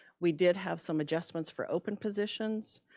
we did have some adjustments for open positions,